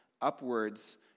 upwards